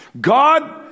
God